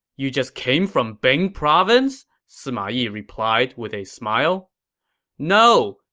you just came from bing province? sima yi replied with a smile no,